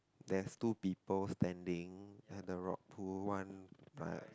there's two people standing at the rock pool one by